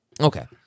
Okay